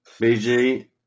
BG